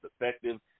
effective